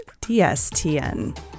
DSTN